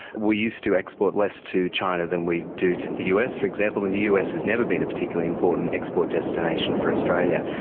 we used to export less to china than we do to the us, for example, and the us has never been a particularly important export destination for australia.